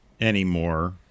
anymore